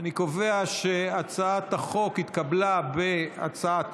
זכויות נפגעי עבירה (תיקון,